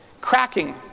cracking